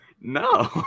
No